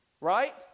right